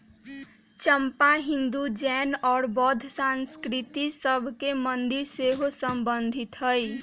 चंपा हिंदू, जैन और बौद्ध संस्कृतिय सभ के मंदिर से सेहो सम्बन्धित हइ